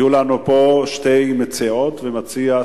יהיו לנו שתי מציעות ומציע,